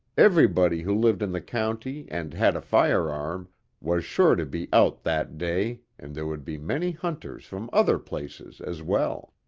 everybody who lived in the county and had a firearm was sure to be out that day and there would be many hunters from other places as well.